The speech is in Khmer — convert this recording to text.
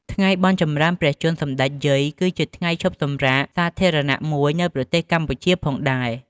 ថ្ងៃបុណ្យចម្រើនព្រះជន្ម សម្តេចយាយគឺជាថ្ងៃឈប់សម្រាកសាធារណៈមួយនៅប្រទេសកម្ពុជាផងដែរ។